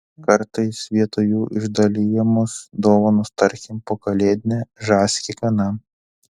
kartais vietoj jų išdalijamos dovanos tarkim po kalėdinę žąsį kiekvienam